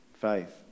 faith